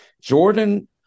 Jordan